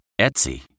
Etsy